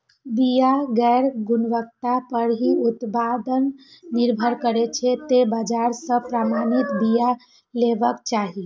बिया केर गुणवत्ता पर ही उत्पादन निर्भर करै छै, तें बाजार सं प्रमाणित बिया लेबाक चाही